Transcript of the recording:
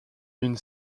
une